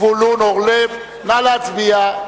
זבולון אורלב, נא להצביע.